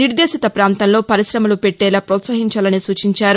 నిర్దేశిత ప్రాంతంలో పరిశమలు పెట్టేలా ప్రోత్సాహించాలని సూచించారు